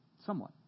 somewhat